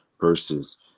versus